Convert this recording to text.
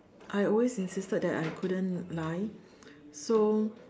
I always insisted that I couldn't lie so